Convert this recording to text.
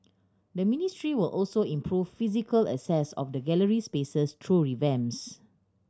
the ministry will also improve physical access of the gallery spaces through revamps